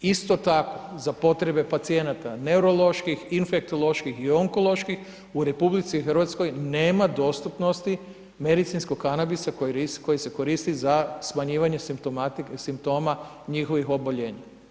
Isto tako za potrebe pacijenata neuroloških, infektoloških i onkoloških, u Republici Hrvatskoj nema dostupnosti medicinskog kanabisa koji se koristi za smanjivanje simptoma njihovih oboljenja.